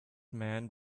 man